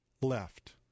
left